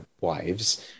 wives